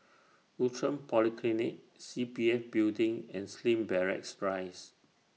Outram Polyclinic C P F Building and Slim Barracks Rise